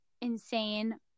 insane